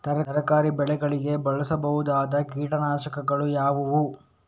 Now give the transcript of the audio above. ತರಕಾರಿ ಬೆಳೆಗಳಿಗೆ ಬಳಸಬಹುದಾದ ಕೀಟನಾಶಕಗಳು ಯಾವುವು?